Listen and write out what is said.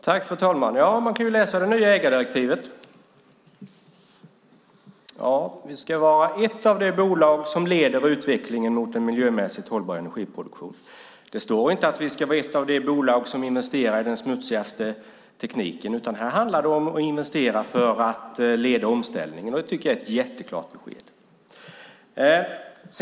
Fru talman! Man kan läsa de nya ägardirektiven där det står att Vattenfall ska vara ett av de bolag som leder utvecklingen mot en miljömässigt hållbar energiproduktion. Det står inte att Vattenfall ska vara ett av de bolag som investerar i den smutsigaste tekniken, utan här handlar det om att investera för att leda omställningen. Det tycker jag är ett mycket tydligt besked.